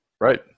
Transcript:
Right